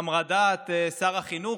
בהמרדת שר החינוך,